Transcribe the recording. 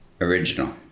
original